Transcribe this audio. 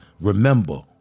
remember